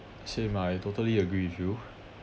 same ah I totally agree with you